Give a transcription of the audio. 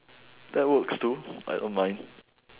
that works too I don't mind